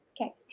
okay